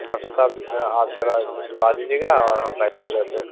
doctor صاحب آپ ذرا بھجوا دیجیے گا اور ہم پیسے ادھر سے